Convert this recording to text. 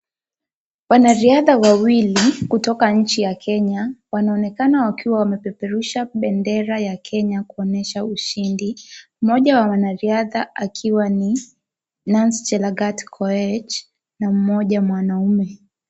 Wanariadha wawili kutoka nchi ya Kenya wanaonekana wakiwa wamepeperusha bendera ya Kenya kuonyesha ushindi, mmoja wa wanariadha akiwa ni Nancy Chelagat Koech na mmoja mwanaume.